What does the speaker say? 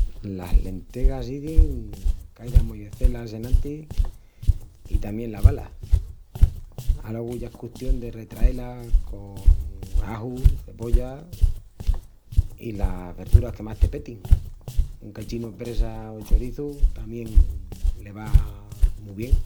Las lentejas izin que ai d’amollecé-las enantis i tamién lavá-las. Alogu ya es custión de retraé-las con aju, cebolla i las verduras que más te petin. Un cachinu presa o choriçu tamién le vá mu bien.